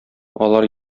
алар